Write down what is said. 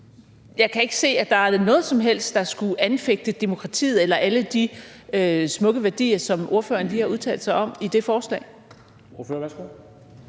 Jeg kan ikke se, at der er noget som helst, der skulle anfægte demokratiet eller alle de smukke værdier, som ordføreren lige har udtalt sig om, i det forslag. Kl.